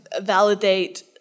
validate